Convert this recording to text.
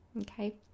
Okay